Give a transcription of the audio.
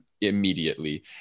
immediately